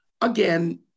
again